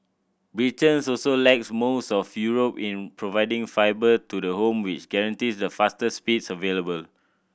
Britain's also lags most of Europe in providing fibre to the home which guarantees the fastest speeds available